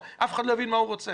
אף אחד לא יבין מה הוא רוצה.